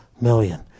million